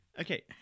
Okay